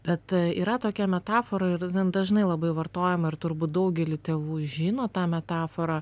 bet yra tokia metafora ir gan dažnai labai vartojama ir turbūt daugelį tėvų žino tą metaforą